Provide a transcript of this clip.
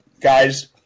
Guys